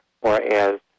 whereas